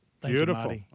Beautiful